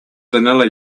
vanilla